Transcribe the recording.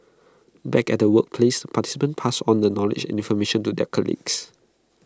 back at workplace participants pass on the knowledge and information to their colleagues